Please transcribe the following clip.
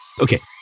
Okay